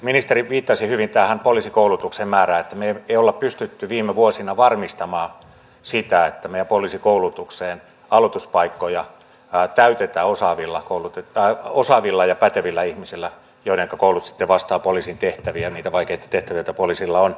ministeri viittasi hyvin poliisikoulutuksen määrään että me emme ole pystyneet viime vuosina varmistamaan sitä että meidän poliisikoulutuksen aloituspaikkoja täytetään osaavilla ja pätevillä ihmisillä joiden koulutus sitten vastaa poliisin tehtäviä niitä vaikeita tehtäviä joita poliisilla on